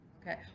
Okay